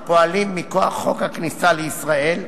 הפועלים מכוח חוק הכניסה לישראל,